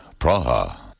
Praha